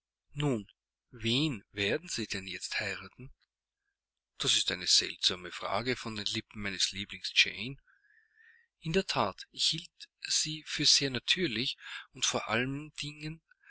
nun wen werden sie denn jetzt heiraten das ist eine seltsame frage von den lippen meines lieblings jane in der that ich hielt sie für sehr natürlich und vor allen dingen